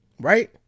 right